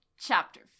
Chapter